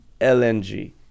LNG